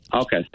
Okay